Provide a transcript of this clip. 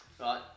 Right